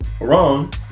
Wrong